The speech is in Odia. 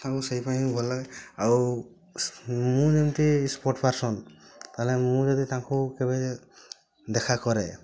ତାଙ୍କୁ ସେଇ ପାଇଁ ବି ଭଲ ଲାଗେ ଆଉ ମୁଁ ଯେମତି ସ୍ପୋଟ୍ ପର୍ସନ୍ ତାହେଲେ ମୁଁ ଯଦି ତାଙ୍କୁ କେବେ ଦେଖାକରେ